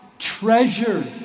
treasure